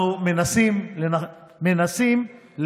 אנחנו מנסים לשפר